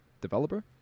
developer